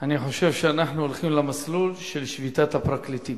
אני חושב שאנחנו הולכים למסלול של שביתת הפרקליטים.